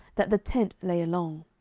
that the tent lay along.